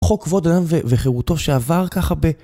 חוק כבוד אדם וחירותו שעבר ככה ב...